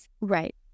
Right